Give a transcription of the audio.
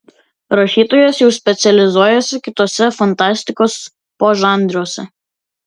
rašytojas jau specializuojasi kituose fantastikos požanriuose